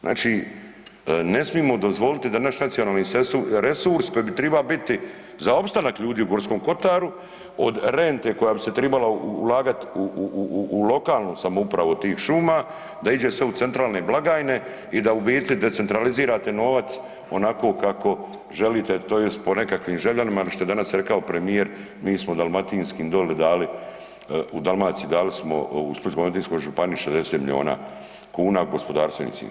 Znači, ne smijemo dozvoliti da naš nacionalni resurs koji bi triba biti za opstanak ljudi u Gorskom kotaru od rente koja bi se tribala ulagati u lokalnu samoupravu od tih šuma da iđe sve u centralne blagajne i da u biti decentralizirate novac onako kako želite tj. po nekakvim …/nerazumljivo/… što je danas rekao premijer, mi smo dalmatinskim doli dali, u Dalmaciju dali smo u Splitsko-dalmatinsku županiju 60 miliona kuna gospodarstvenicima.